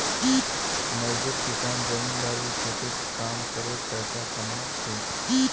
मजदूर किसान जमींदारेर खेतत काम करे पैसा कमा छेक